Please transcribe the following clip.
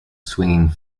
swinging